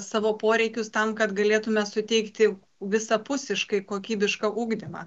savo poreikius tam kad galėtume suteikti visapusiškai kokybišką ugdymą